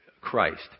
Christ